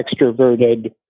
extroverted